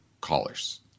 callers